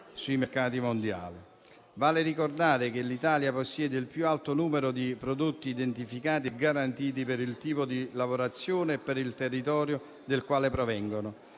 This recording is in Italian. sui mercati mondiali. Vale ricordare che l'Italia possiede il più alto numero di prodotti identificati e garantiti per il tipo di lavorazione e per il territorio dal quale provengono.